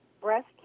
breast